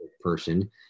person